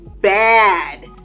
bad